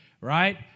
right